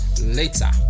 later